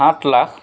আঠ লাখ